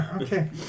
Okay